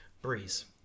Breeze